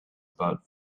about